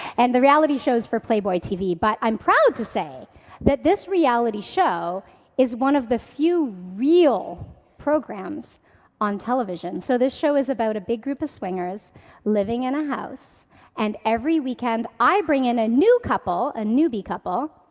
and the reality show is for playboytv, but i'm proud to say that this reality show is one of the few real programs on television. so this show is about a big group of swingers living in a house and every weekend i bring in a new couple, a newbie couple,